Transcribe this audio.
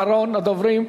אחרון הדוברים,